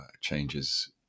changes